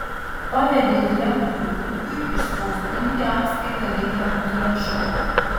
pavedė direktoriui rutkiui išspausdinti apskaitą reikiamu tiražu